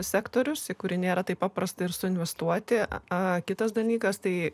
sektorius kurį nėra taip paprasta ir suinvestuoti o kitas dalykas tai